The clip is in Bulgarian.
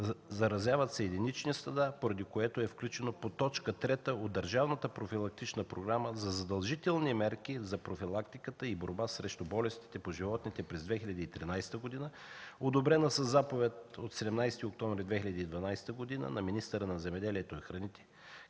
Заразяват се единични стада, поради което е включено по т. 3 от Държавната профилактична програма за задължителни мерки за профилактиката и борба срещу болестите по животните през 2013 г., одобрена със Заповед от 17 октомври 2012 г. на министъра на земеделието и храните,